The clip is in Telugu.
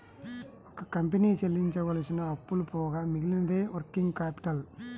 ఒక కంపెనీ చెల్లించవలసిన అప్పులు పోగా మిగిలినదే వర్కింగ్ క్యాపిటల్